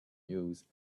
use